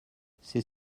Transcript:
c’est